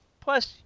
Plus